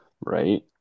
right